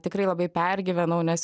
tikrai labai pergyvenau nes